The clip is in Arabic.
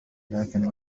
لكن